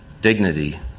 dignity